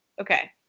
Okay